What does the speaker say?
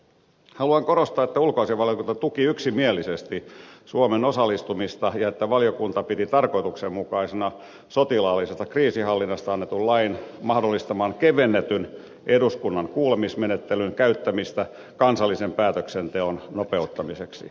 haluan korostaa että ulkoasiainvaliokunta tuki yksimielisesti suomen osallistumista ja että valiokunta piti tarkoituksenmukaisena sotilaallisesta kriisinhallinnasta annetun lain mahdollistaman kevennetyn eduskunnan kuulemismenettelyn käyttämistä kansallisen päätöksenteon nopeuttamiseksi